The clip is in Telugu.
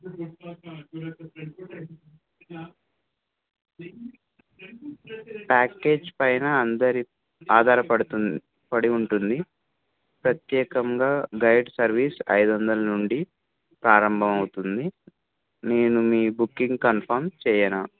ప్యాకేజ్ పైన అందరి ఆధారపడుతుం పడి ఉంటుంది ప్రత్యేకంగా గైడ్ సర్వీస్ ఐదు వందలు నుండి ప్రారంభమవుతుంది నేను మీ బుకింగ్ కన్ఫర్మ్ చేయ్యనా